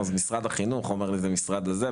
אז משרד החינוך אומר לי: "זה המשרד הזה",